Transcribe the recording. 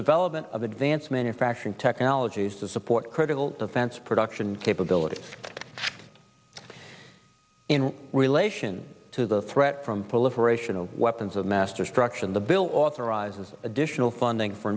development of advanced manufacturing technologies to support critical defense production capabilities in relation to the threat from proliferation of weapons of mass destruction the bill authorizes additional funding for